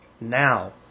now